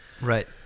Right